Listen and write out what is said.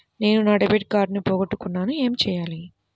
నేను నా debit card పోగొట్టుకున్నాను ఏమి చేయాలి?